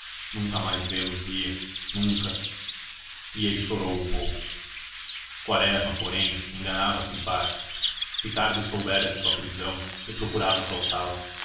nunca mais os veria nunca e ele chorou um pouco quaresma porém enganava-se em parte ricardo soubera de sua prisão e procurava soltá lo